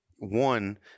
one